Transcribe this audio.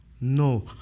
No